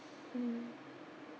mm